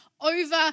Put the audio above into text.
over